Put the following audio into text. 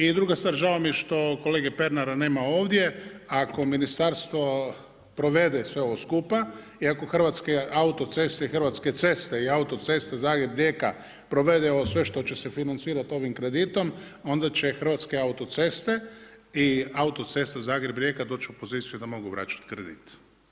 I druga stvar, žao mi je što kolege Pernara nema ovdje, ako ministarstvo provede sve ovo skupa i ako Hrvatske autoceste i Hrvatske ceste i autoceste Zagreb-Rijeka, provede ovo sve što će se financirati ovim kreditom, onda će Hrvatske autoceste i autocesta Zagreb-Rijeka doći u poziciju da mogu vraćati kredit.